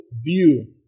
View